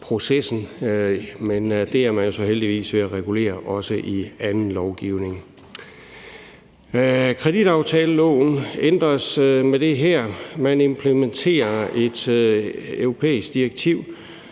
men det er man jo så også heldigvis ved at regulere i anden lovgivning. Kreditaftaleloven ændres med det her. Man implementerer et europæisk direktiv,